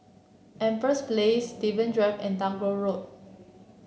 Empress Place Steven Drive and Tagore Road